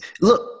Look